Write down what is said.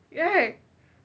right